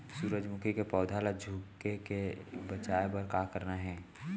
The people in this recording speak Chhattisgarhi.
सूरजमुखी के पौधा ला झुके ले बचाए बर का करना हे?